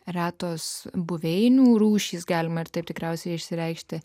retos buveinių rūšys galima ir taip tikriausiai išsireikšti